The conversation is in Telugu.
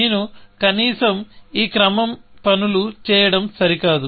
నేను కనీసం ఈ క్రమం పనులు చేయడం సరికాదు